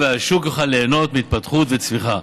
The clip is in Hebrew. והשוק יוכל ליהנות מהתפתחות וצמיחה